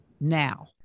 now